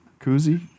Koozie